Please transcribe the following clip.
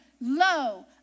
Lo